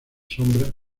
sombras